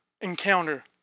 encounter